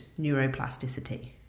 neuroplasticity